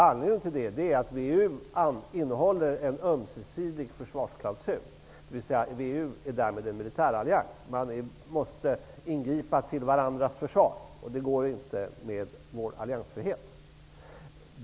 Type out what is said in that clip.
Anledning till detta är att WEU innehåller en ömsesidig försvarsklausul, dvs. att WEU därmed är en militärallians. Man måste ingripa till varandras försvar, och det går inte att förena med vår alliansfrihet.